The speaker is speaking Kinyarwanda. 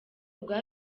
bwa